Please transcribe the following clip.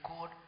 God